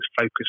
focus